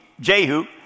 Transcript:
Jehu